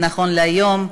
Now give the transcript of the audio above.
נכון להיום,